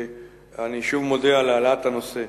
ואני שוב מודה על העלאת הנושא.